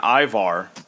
Ivar